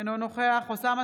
אינו נוכח אוסאמה